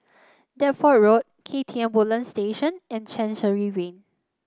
Deptford Road K T M Woodlands Station and Chancery Lane